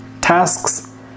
tasks